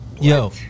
yo